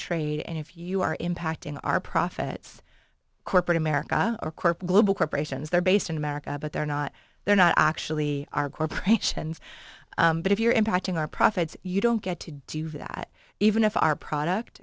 trade and if you are impacting our profits corporate america or corp global corporations they're based in america but they're not they're not actually our corporations but if you're impacting our profits you don't get to do that even if our product